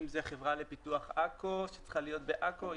אם זו החברה לפיתוח עכו שצריכה להיות בעכו,